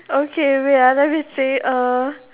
okay wait let me think